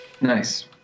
Nice